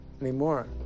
anymore